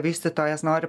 vystytojas nori